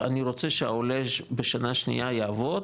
אני רוצה שהעולה בשנה שנייה יעבוד,